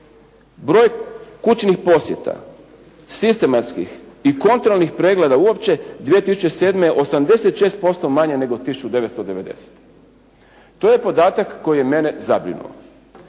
broj kućnih posjeta, sistematskih i kontrolnih pregleda uopće 2007. 86% manje nego 1990. To je podatak koji je mene zabrinuo.